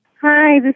Hi